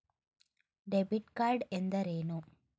Debit card ಎಂದರೇನು?